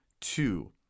two